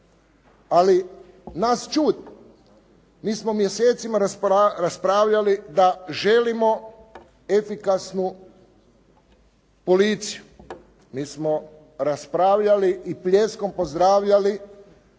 Ali nas čudi, mi smo mjesecima raspravljali da želimo efikasnu policiju, mi smo raspravljali i pljeskom pozdravljali